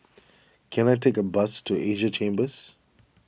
can I take a bus to Asia Chambers